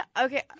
Okay